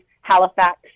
Halifax